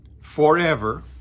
forever